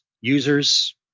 users